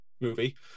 Movie